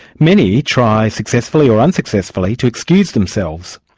many try, successfully or unsuccessfully, to excuse themselves.